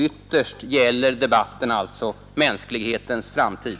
Ytterst gäller debatten mänsklighetens framtid.